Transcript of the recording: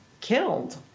killed